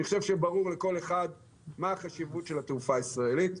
אני חושב שברור לכל אחד מה החשיבות של התעופה הישראלית.